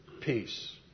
peace